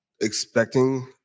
expecting